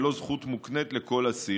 והן לא זכות מוקנית לכל אסיר.